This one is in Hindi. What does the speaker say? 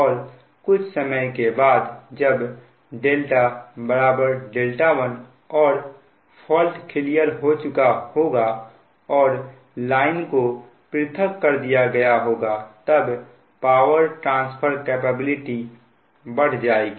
और कुछ समय के बाद जब δ δ1 और फॉल्ट क्लियर हो चुका होगा और लाइन को पृथक कर दिया गया होगा तब पावर ट्रांसफर कैपेबिलिटी बढ़ जाएगी